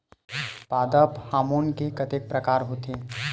पादप हामोन के कतेक प्रकार के होथे?